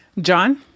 John